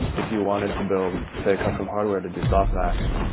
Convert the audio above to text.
if you wanted to build, say, a custom hardware to do softmax,